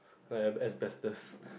like as ambassadors